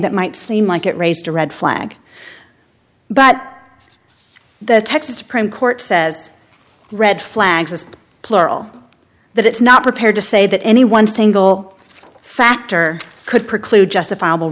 that might seem like it raised a red flag but the texas supreme court says red flags is plural that it's not prepared to say that any one single factor could preclude justifiable